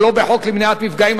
ולא בחוק למניעת מפגעים,